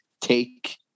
take